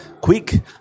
quick